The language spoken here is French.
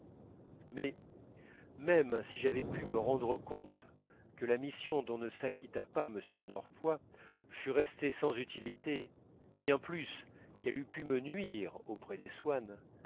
mais même si j'avais pu me rendre compte que la mission dont ne s'acquitta pas m de norpois fût restée sans utilité bien plus qu'elle eût pu me nuire auprès des swann